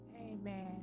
amen